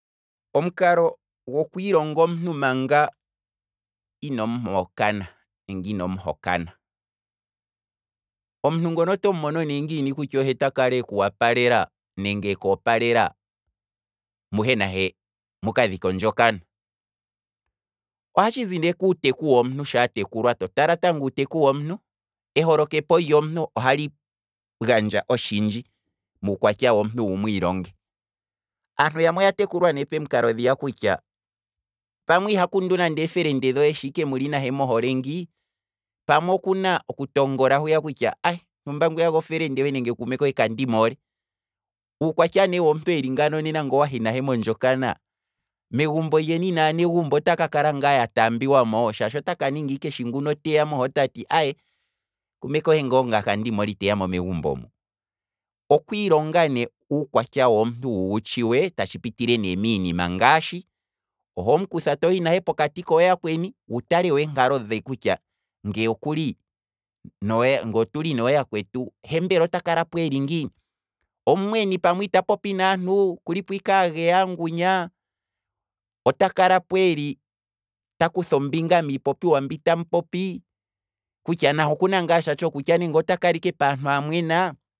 Omukalo gokwiilonga omuntu manga ino muhokana nenge ino muhokana, omuntu ngono otomu mono ne ngiini kutya oye takala eku opalela, muhe nahe muka dhike ondjokana, ohatshi zi ne kuuteku wontu, to tala shaa tekulwa, to tala tango uuteku womuntu, eholokepo lyomuntu ohali gandja otshindji muukwatya womuntu wu mwiilonge, aantu yamwe oya tekulwa ngaa ne pomukalo ngwiya kutya, pamwe iha kundu nande eefelende dhaye shi ike mulu nye mohole ngi, pamwe okuna oku tongola hwiya kutya, ntumba ngwiya gofelende nenge kuume kohe kandi muhole, uukwatya ne womuntu eli ngano nena ngoo mwayi naye mondjokana, megumbo lyeni naanegumbo otaka kala ngaa atambi wamo, shaashi otaka ninga ike nguno shi teya mo ye otati, aye kuume kohe ngo ngaye kandimoole iteya mo megumbo mu, okwiilonga ne uukwatya womuntu wuwu tshuwe tatshi pitile ne minima ngaashi, ohomukutha tohi nahe pokati kooyakweni wu tale wo eenkalo dhe kutya nge oku- nge otuli noyaakwetu he mbela ota kalapo eli ngiini, omumweni pamwe ita popi naantu, okulipo ike ageya angunya, otaka lapo eli takutha ombinga miipopiwa mbi tamu popi, kutya nahe okuna ngaa tsha tsho kutya nenge ota kala ike paantu amwenaa